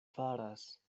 faras